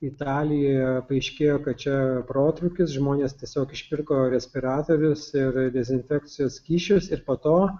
italijoje paaiškėjo kad čia protrūkis žmonės tiesiog išpirko respiratorius ir dezinfekcijos skysčius ir po to